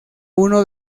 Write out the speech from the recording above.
uno